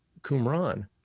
Qumran